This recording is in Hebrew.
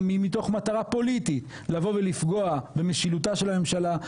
מתוך מטרה פוליטית לבוא ולפגוע במשילותה של הממשלה,